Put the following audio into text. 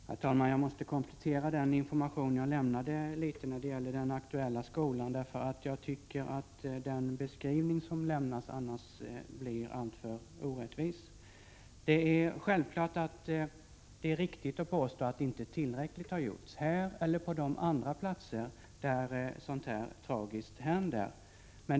Prot. 1986/87:57 Herr talman! Jag måste komplettera den information jag lämnade när det — 21 januari 1987 äller d ktuella skolan, därför att beskrivni blir alltfö gäller den aktuella skolan, därför att beskrivningen annars blir alltför Öm vAldstiskolan och orättvis. Det är självfallet riktigt att påstå att det inte har gjorts tillräckligt, EE é SALA os Ez § lärarnas arbetssituavare sig på denna skola eller på de andra platser där sådana här tragiska ; ion händelser inträffar.